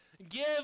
Give